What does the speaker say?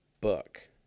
Book